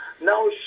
now